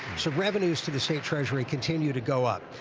so revenues to the state treasury continue to go up.